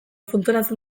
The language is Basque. funtzionatzen